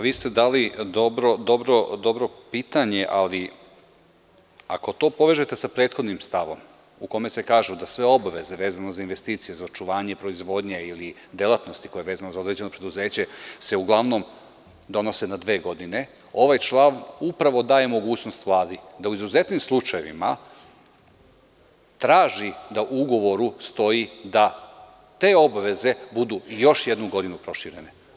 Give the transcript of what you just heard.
Vi ste dali dobro pitanje, ali ako to povežete sa prethodnim stavom, u kome se kaže da sve obaveze vezano za investicije, za očuvanje proizvodnje ili delatnosti koja je vezana za određeno preduzeće se uglavnom donose na dve godine, ovaj član upravo daje mogućnost Vladi da u izuzetnim slučajevima traži da u ugovoru stoji da te obaveze budu još jednu godinu proširene.